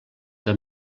que